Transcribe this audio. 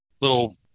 little